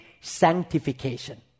sanctification